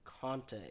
Conte